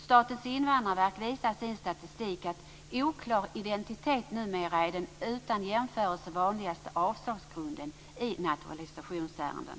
Statens invandrarverk visar i sin statistik att oklar identitet numera är den utan jämförelse vanligaste avslagsgrunden i naturalisationsärenden.